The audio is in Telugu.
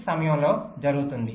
6 సమయంలో జరుగుతుంది